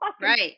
Right